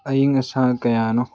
ꯑꯏꯪ ꯑꯁꯥ ꯀꯌꯥꯅꯣ